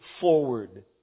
forward